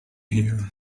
here